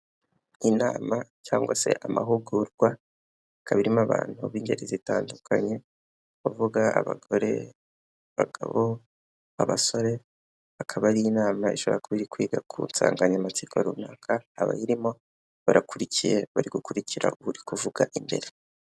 Inama cyangwa se amahugurwa, ikaba irimo abantu b'ingeri zitandukanye, ndavuga abagore abagabo, abasore, akaba ari inama ishobora kuba iri kwiga ku nsanganyamatsiko runaka, abayirimo barakurikiye bari gukurikira uri kuvuga imbere.